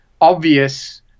obvious